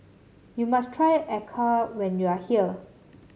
you must try Acar when you are here